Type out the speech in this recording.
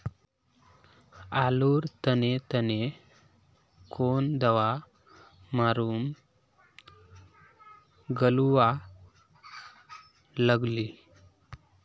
आलूर तने तने कौन दावा मारूम गालुवा लगली?